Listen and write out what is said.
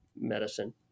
medicine